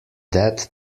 that